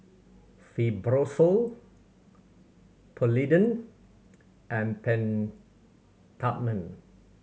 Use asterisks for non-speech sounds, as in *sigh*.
Fibrosol Polident and *unintelligible* Peptamen